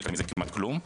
ולא התקדם מזה כמעט כלום,